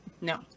No